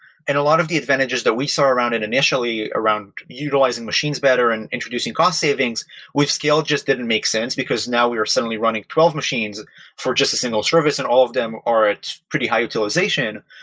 and a lot of the advantages that we saw around it initially around utilizing machines better and introducing cost savings with scale just didn't make sense, because now we're suddenly running twelve machines for just a single service and all of them are at pretty high utilization.